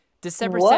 December